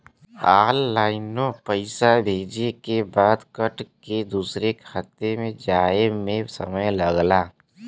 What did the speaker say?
ऑनलाइनो पइसा भेजे के बाद कट के दूसर खाते मे जाए मे समय लगला